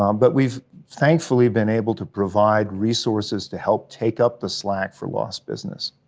um but we've thankfully been able to provide resources to help take up the slack for loss business.